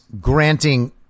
granting